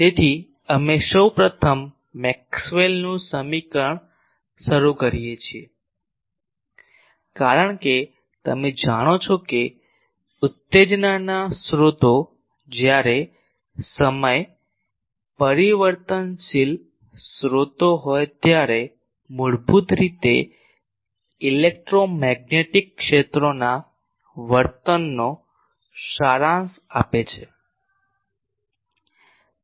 તેથી અમે સૌ પ્રથમ મેક્સવેલનું સમીકરણ શરૂ કરીએ છીએ કારણ કે તમે જાણો છો કે ઉત્તેજનાના સ્ત્રોતો જ્યારે સમય પરિવર્તનશીલ સ્ત્રોતો હોય ત્યારે મૂળભૂત રીતે ઇલેક્ટ્રોમેગ્નેટિક ક્ષેત્રોના વર્તનનો સારાંશ આપે છે